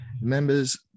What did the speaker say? members